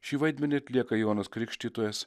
šį vaidmenį atlieka jonas krikštytojas